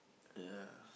ya